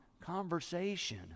conversation